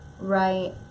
Right